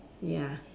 ya